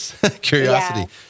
curiosity